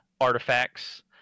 artifacts